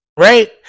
Right